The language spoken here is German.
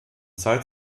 zeit